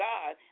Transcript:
God